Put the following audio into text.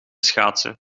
schaatsen